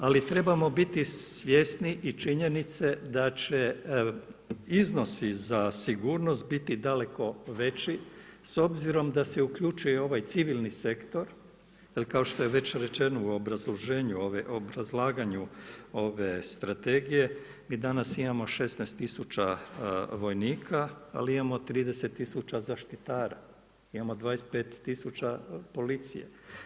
Ali trebamo biti svjesni i činjenice da će iznosi za sigurnost biti daleko veći s obzirom da se uključuje i ovaj civilni sektor jer kao što je već rečeno u obrazlaganju ove strategije mi danas imamo 16 tisuća vojnika ali imamo 30 tisuća zaštitara, imamo 25 tisuća policije.